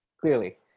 Clearly